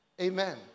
Amen